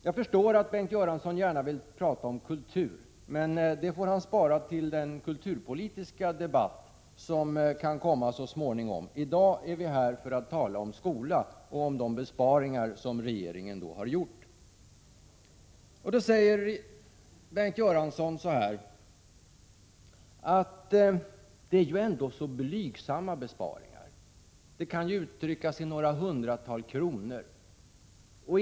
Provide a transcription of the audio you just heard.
Jag förstår att Bengt Göransson gärna vill prata om kultur, men det får han spara till den kulturpolitiska debatt som kan komma så småningom. I dag är vi här för att tala om skolan och om de besparingar som regeringen har gjort. Bengt Göransson säger att det är så blygsamma besparingar. De kan uttryckas i några hundratal kronor.